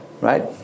Right